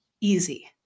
easy